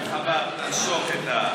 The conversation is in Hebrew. תחסוך את,